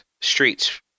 streets